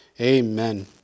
Amen